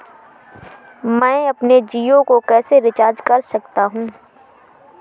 मैं अपने जियो को कैसे रिचार्ज कर सकता हूँ?